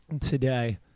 today